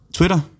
Twitter